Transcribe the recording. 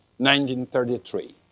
1933